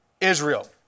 Israel